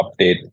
update